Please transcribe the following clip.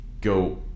go